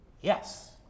Yes